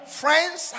friends